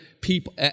people